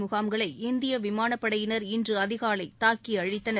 முகாம்களை இந்திய விமானப்படையினர் இன்று அதிகாலை தாக்கி அழித்தனர்